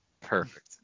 perfect